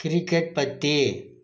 cricket பற்றி